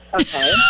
Okay